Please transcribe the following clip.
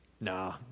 Nah